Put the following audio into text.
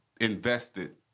invested